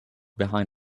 behind